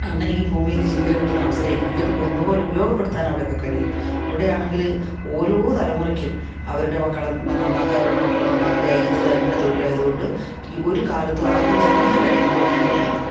അങ്ങനെ ഈ ഭൂമിയിൽ ജീവിക്കാൻ കിട്ടുന്ന അവസരം എല്ലാവർക്കും ഒന്നു പോലെ ഉപയോഗപ്പെടുത്താൻ അവിടെ ഒക്കെ കഴിയും ഇവിടെ ആണെങ്കിൽ ഓരോ തലമുറക്കും അവരുടെ മക്കളെ നന്നാക്കുക അവരുടെ മക്കളെ നന്നാക്കുക ഇത് തന്നെ തൊഴിലായത് കൊണ്ട് ഈ ഒരു കാലത്തും ആർക്കും ജീവിക്കാൻ കഴിയുന്നുണ്ടോ എന്ന് എനിക്ക് തോന്നുന്നില്ല